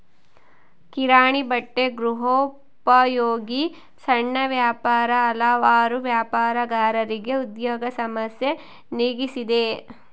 ಕಿರಾಣಿ ಬಟ್ಟೆ ಗೃಹೋಪಯೋಗಿ ಸಣ್ಣ ವ್ಯಾಪಾರ ಹಲವಾರು ವ್ಯಾಪಾರಗಾರರಿಗೆ ಉದ್ಯೋಗ ಸಮಸ್ಯೆ ನೀಗಿಸಿದೆ